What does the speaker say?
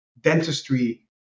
dentistry